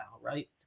right